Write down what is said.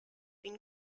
been